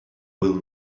will